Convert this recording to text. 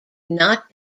not